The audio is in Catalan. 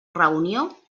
reunió